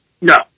No